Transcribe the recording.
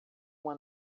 uma